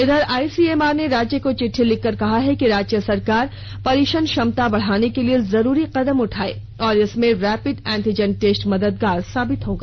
इधर आइसीएमआर ने राज्य को चिट्टी लिखकर कहा है कि राज्य सरकार परीक्षण क्षमता बढ़ाने के लिए जरूरी कदम उठाये और इसमें रैपिड एंटिजन टेस्ट मददगार साबित होगा